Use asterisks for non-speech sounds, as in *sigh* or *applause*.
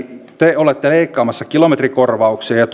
*unintelligible* te olette leikkaamassa kilometrikorvauksia ja *unintelligible*